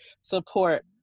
support